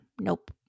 Nope